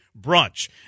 brunch